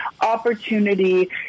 opportunity